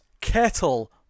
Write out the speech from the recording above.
kettle